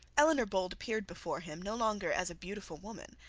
eleanor bold appeared before him, no longer as a beautiful woman,